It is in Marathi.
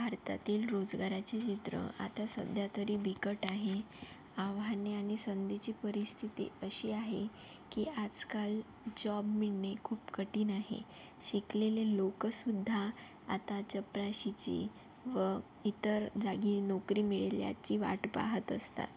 भारतातील रोजगाराचे चित्र आता सध्या तरी बिकट आहे आव्हाने आणि संधीची परिस्थिती अशी आहे की आजकाल जॉब मिळणे खूप कठीण आहे शिकलेले लोकंसुद्धा आता चपराशीची व इतर जागी नोकरी मिळेल याची वाट पहात असतात